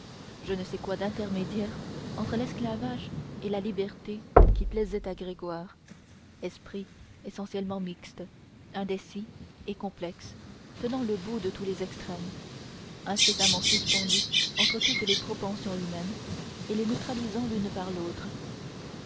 je ne sais quoi d'intermédiaire entre l'esclavage et la liberté qui plaisait à gringoire esprit essentiellement mixte indécis et complexe tenant le bout de tous les extrêmes incessamment suspendu entre toutes les propensions humaines et les neutralisant l'une par l'autre